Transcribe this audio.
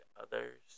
others